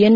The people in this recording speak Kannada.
ಎನ್